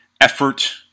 effort